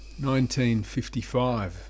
1955